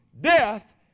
death